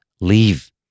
leave